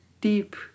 deep